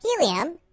Helium